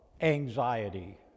anxiety